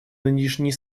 нынешней